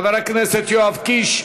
חבר הכנסת יואב קיש.